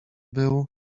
był